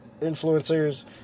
influencers